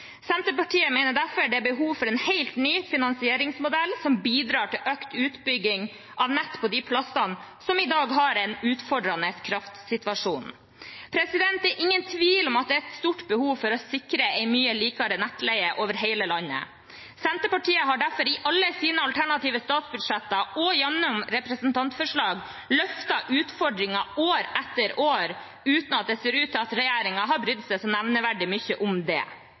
Senterpartiet mener derfor det er behov for en helt ny finansieringsmodell som bidrar til økt utbygging av nett på de plassene som i dag har en utfordrende kraftsituasjon. Det er ingen tvil om at det er et stort behov for å sikre en mye likere nettleie over hele landet. Senterpartiet har derfor i alle sine alternative statsbudsjetter og gjennom representantforslag løftet fram utfordringen år etter år, uten at det ser ut til at regjeringen har brydd seg nevneverdig mye om det.